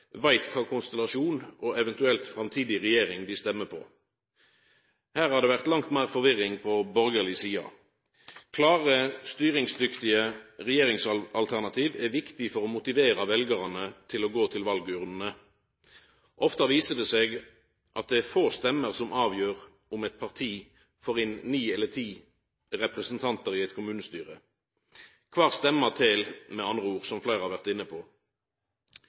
veit kva konstellasjon og eventuell framtidig regjering dei stemmer på. Her har det vore langt meir forvirring på borgarleg side. Klare, styringsdyktige regjeringsalternativ er viktige for å motivera veljarane til å gå til valurnene. Ofte viser det seg at det er få stemmer som avgjer om eit parti får inn ni eller ti representantar i eit kommunestyre. Med andre ord: Kvar stemme tel – som fleire har vore inne på. Vidare er, som nemnt, fokus på